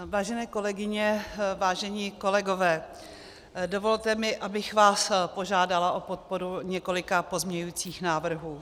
Vážené kolegyně, vážení kolegové, dovolte mi, abych vás požádala o podporu několika pozměňovacích návrhů.